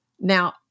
Now